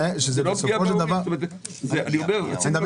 זה מקל